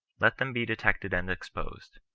let them be detected and exposed.